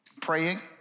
praying